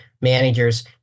managers